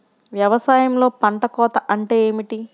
వ్యవసాయంలో పంట కోత అంటే ఏమిటి?